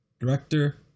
director